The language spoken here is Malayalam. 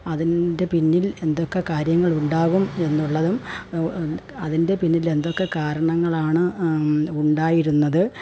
അതിൻ്റെ പിന്നിൽ എന്തൊക്കെ കാര്യങ്ങളുണ്ടാകും എന്നുള്ളതും അതിൻ്റെ പിന്നിൽ എന്തൊക്കെ കാരണങ്ങളാണ് ഉണ്ടായിരുന്നത്